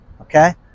Okay